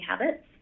habits